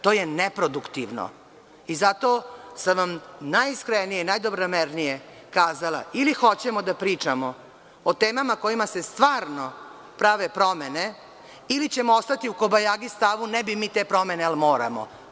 To je neproduktivno i zato sam vam najiskrenije i najdobronamernije kazala ili hoćemo da pričamo o temama kojima se stvarno prave promene ili ćemo ostati kobajagi u stavu – ne bi mi te promene, jel moramo?